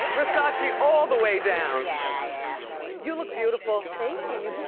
versace all the way down. yeah you look beautiful. thank you,